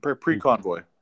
Pre-convoy